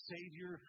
Savior